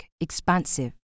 expansive